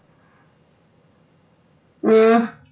mm